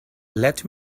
let